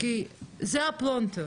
כי זה הפלונטר.